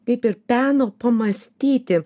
kaip ir peno pamąstyti